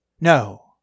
No